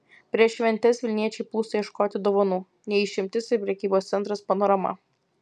prieš šventes vilniečiai plūsta ieškoti dovanų ne išimtis ir prekybos centras panorama